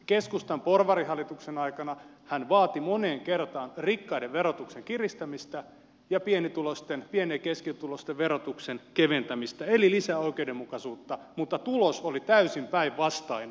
keskustan porvarihallituksen aikana hän vaati moneen kertaan rikkaiden verotuksen kiristämistä ja pieni ja keskituloisten verotuksen keventämistä eli lisää oikeudenmukaisuutta mutta tulos oli täysin päinvastainen